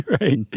Right